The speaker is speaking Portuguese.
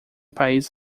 país